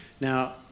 Now